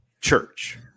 church